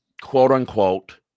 quote-unquote